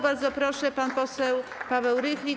Bardzo proszę, pan poseł Paweł Rychlik.